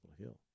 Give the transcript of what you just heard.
Hill